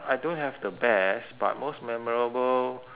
I don't have the best but most memorable